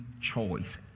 choice